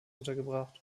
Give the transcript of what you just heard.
untergebracht